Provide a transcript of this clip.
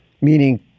Meaning